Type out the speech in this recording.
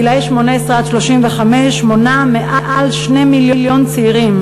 גילאי 18 35, מונה מעל 2 מיליון צעירים,